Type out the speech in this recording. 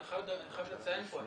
אני חייב לציין פה,